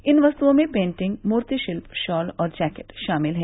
इन वस्तुओं में पेंटिंग मूर्तिशिल्प शॉल और जैकेट शामिल हैं